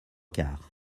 quarts